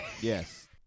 Yes